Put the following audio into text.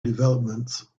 developments